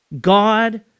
God